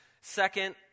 Second